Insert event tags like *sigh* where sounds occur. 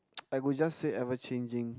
*noise* I would just say ever changing